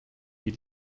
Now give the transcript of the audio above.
die